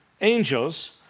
angels